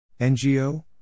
NGO